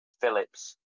Phillips